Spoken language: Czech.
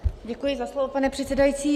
Děkuji za slovo, pane předsedající.